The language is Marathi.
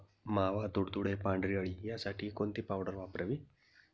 मावा, तुडतुडे, पांढरी अळी यासाठी कोणती पावडर वापरावी?